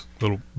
little